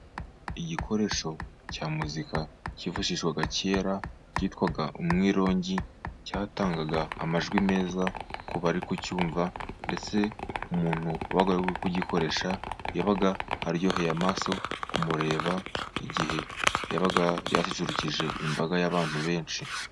Igikoresho cya muzika kifashishwaga kera cyitwa umwirongi cyatanga amajwi meza ku bari kucyumva, ndetse umuntu wabaga ari kugikoresha yabaga aryoheye amaso kumureba, igihe yabaga yasusurukije imbaga y'abantu benshi.